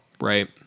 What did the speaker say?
right